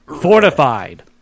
Fortified